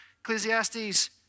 Ecclesiastes